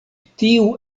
tiu